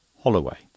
Holloway